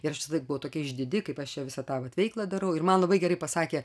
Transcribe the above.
ir aš visąlaik buvau tokia išdidi kaip aš visą tą veiklą darau ir man labai gerai pasakė